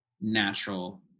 natural